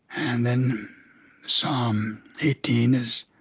and then psalm eighteen is